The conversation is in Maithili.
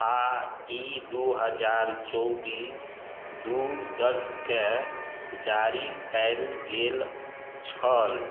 आ ई दू हजार चौबीस दू दश केँ जारी कयल गेल छल